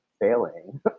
failing